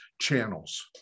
channels